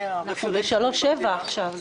אני הרפרנט שנפגש איתן --- זה 3.7% עכשיו.